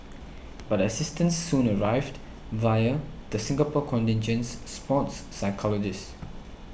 but assistance soon arrived via the Singapore contingent's sports psychologist